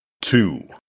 two